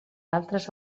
altres